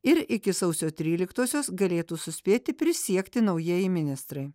ir iki sausio tryliktosios galėtų suspėti prisiekti naujieji ministrai